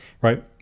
right